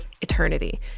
eternity